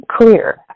clear